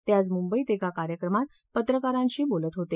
ते आज मुंबईत एका कार्यक्रमात पत्रकारांशी बोलत होते